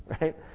right